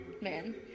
man